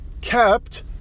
kept